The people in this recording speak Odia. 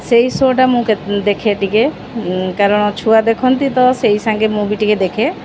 ସେହି ସୋ'ଟା ମୁଁ ଦେଖେ ଟିକେ କାରଣ ଛୁଆ ଦେଖନ୍ତି ତ ସେହି ସାଙ୍ଗେ ମୁଁ ବି ଟିକେ ଦେଖେ